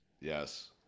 Yes